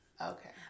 Okay